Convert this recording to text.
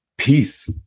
peace